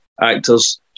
actors